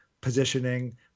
positioning